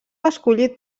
escollit